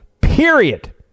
period